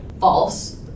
false